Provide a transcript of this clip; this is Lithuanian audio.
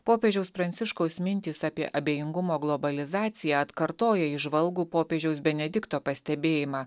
popiežiaus pranciškaus mintys apie abejingumo globalizaciją atkartoja įžvalgų popiežiaus benedikto pastebėjimą